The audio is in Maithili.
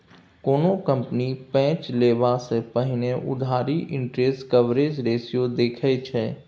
कोनो कंपनी पैंच लेबा सँ पहिने उधारी इंटरेस्ट कवरेज रेशियो देखै छै